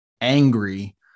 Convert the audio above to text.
angry